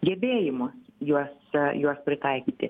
gebėjimus juos juos pritaikyti